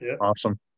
Awesome